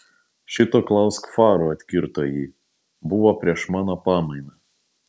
šito klausk farų atkirto ji buvo prieš mano pamainą